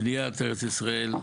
בניית ארץ ישראל.